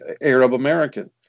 Arab-American